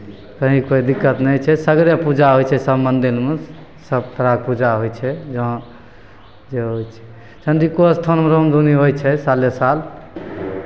कहीँ कोइ दिक्कत नहि छै सगरे पूजा होइ छै सभ मन्दिरमे सभ तरहके पूजा होइ छै जहाँ जे होइ छै चन्द्रिको स्थानमे राम धुनि होइ छै साले साल